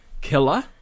killer